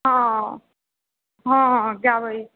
हँ हँ हँ गाबैए